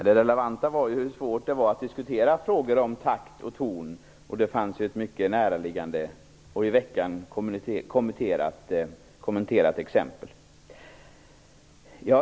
Fru talman! Det som är relevant är ju svårigheten att diskutera frågor om takt och ton - det finns ett mycket näraliggande och i veckan kommenterat exempel.